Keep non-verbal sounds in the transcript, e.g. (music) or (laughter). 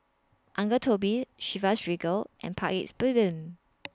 Uncle Toby's Chivas Regal and Paik's Bibim (noise)